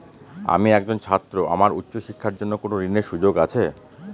আমি একজন ছাত্র আমার উচ্চ শিক্ষার জন্য কোন ঋণের সুযোগ আছে?